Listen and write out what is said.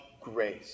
grace